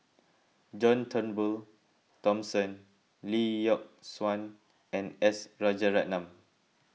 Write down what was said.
John Turnbull Thomson Lee Yock Suan and S Rajaratnam